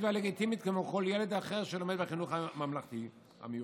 והלגיטימית כמו כל ילד אחר שלומד בחינוך הממלכתי המיוחד?